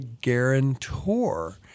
guarantor